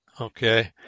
Okay